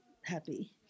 happy